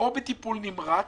או בטיפול נמרץ,